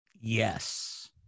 Yes